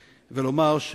ולומר,